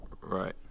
Right